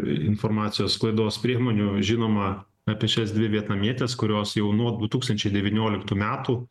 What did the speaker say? informacijos sklaidos priemonių žinoma apie šias dvi vietnamietes kurios jau nuo du tūkstančiai devynioliktų metų